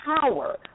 power